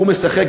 הוא משחק,